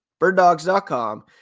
birddogs.com